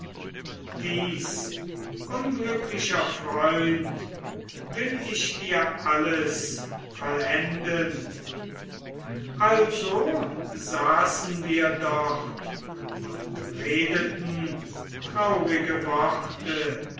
dies unglücklicher freund will ich dir alles vollenden also saßen wir dort und redeten traurige worte